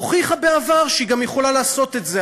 הוכיחה בעבר שהיא גם יכולה לעשות את זה.